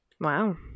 Wow